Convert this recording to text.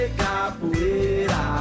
capoeira